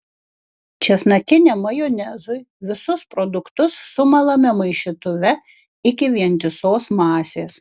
česnakiniam majonezui visus produktus sumalame maišytuve iki vientisos masės